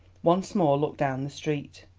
once more looked down the street.